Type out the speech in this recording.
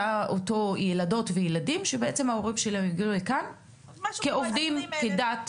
אותם ילדות וילדים שבעצם ההורים שלהם הגיעו לכאן כעובדים כדין,